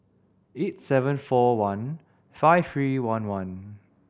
eight seven four one five three one one